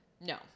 No